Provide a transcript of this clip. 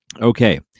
okay